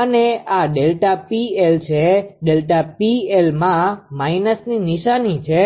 અને આ ΔPL છે ΔPLમાં માઈનસની નિશાની છે